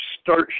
start